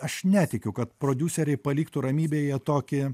aš netikiu kad prodiuseriai paliktų ramybėje tokį